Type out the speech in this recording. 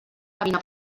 camina